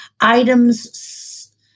items